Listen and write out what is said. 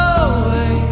away